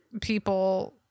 people